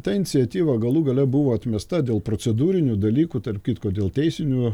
ta iniciatyva galų gale buvo atmesta dėl procedūrinių dalykų tarp kitko dėl teisinių